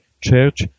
church